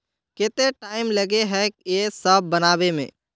केते टाइम लगे है ये सब बनावे में?